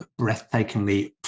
breathtakingly